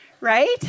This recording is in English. right